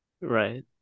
Right